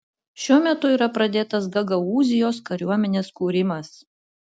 šiuo metu yra pradėtas gagaūzijos kariuomenės kūrimas